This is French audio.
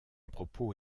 propos